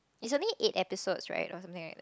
is only eight episodes right or something like that